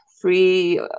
free